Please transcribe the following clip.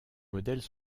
modèles